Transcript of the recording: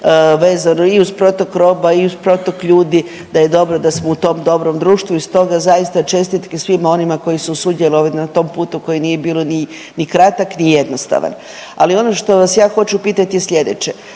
vezano i uz protok roba i uz protok ljudi da je dobro da smo u tom dobrom društvu i stoga zaista čestitke svima onima koji su sudjelovali na tom putu koji nije bio ni kratak, ni jednostavan, ali ono što vas ja hoću pitati je slijedeće.